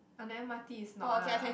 on the m_r_t it's not ah